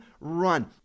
run